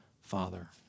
Father